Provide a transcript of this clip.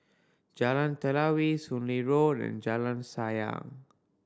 Jalan Telawi Soon Lee Road and Jalan Sayang